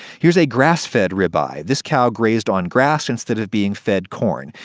here's a grass-fed ribeye. this cow grazed on grass instead of being fed corn.